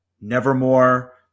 Nevermore